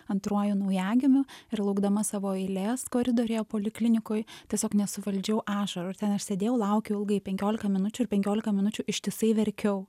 antruoju naujagimiu ir laukdama savo eilės koridoriuje poliklinikoj tiesiog nesuvaldžiau ašarų ten aš sėdėjau laukiau ilgai penkioliką minučių ir penkioliką minučių ištisai verkiau